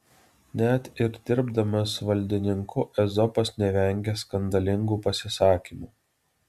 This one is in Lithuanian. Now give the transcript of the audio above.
net ir dirbdamas valdininku ezopas nevengia skandalingų pasisakymų